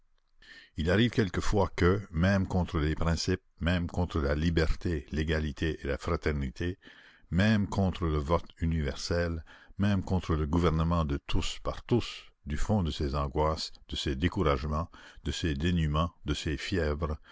il arrive quelquefois que même contre les principes même contre la liberté l'égalité et la fraternité même contre le vote universel même contre le gouvernement de tous par tous du fond de ses angoisses de ses découragements de ses dénûments de ses fièvres